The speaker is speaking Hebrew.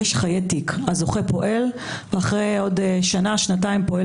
הזוכה פועל ואחרי שנה או שנתיים פועל